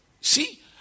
See